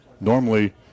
Normally